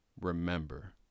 remember